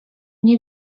nie